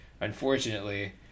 unfortunately